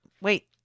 Wait